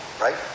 right